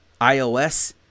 ios